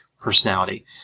personality